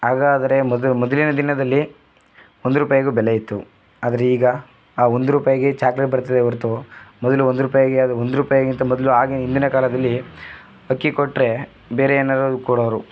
ಹಾಗಾದರೆ ಮೊದಲಿನ ದಿನದಲ್ಲಿ ಒಂದು ರೂಪಾಯಿಗೂ ಬೆಲೆ ಇತ್ತು ಆದರೆ ಈಗ ಆ ಒಂದು ರೂಪಾಯಿಗೆ ಚಾಕ್ಲೆಟ್ ಬರ್ತದೆ ಹೊರತು ಮೊದಲು ಒಂದು ರೂಪಾಯಿಗೆ ಅದು ಒಂದು ರೂಪಾಯಿಗಿಂತ ಮೊದಲು ಆಗ ಹಿಂದಿನ ಕಾಲದಲ್ಲಿ ಅಕ್ಕಿ ಕೊಟ್ಟರೆ ಬೇರೆ ಏನಾದರೂ ಕೊಡೋರು